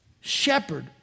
shepherd